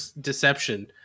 deception